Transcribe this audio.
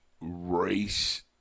race